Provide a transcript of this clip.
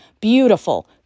Beautiful